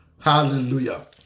Hallelujah